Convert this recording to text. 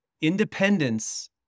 independence